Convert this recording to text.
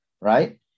right